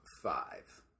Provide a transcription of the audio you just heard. five